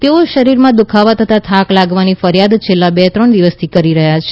તેઓ શરીરમાં દુખાવો તથા થાક લાગવાની ફરિયાદ છેલ્લાં બે ત્રણ દિવસથી કરી રહ્યા છે